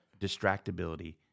distractibility